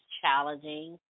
challenging